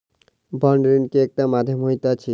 bond ऋण के एकटा माध्यम होइत अछि